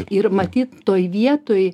ir matyt toj vietoj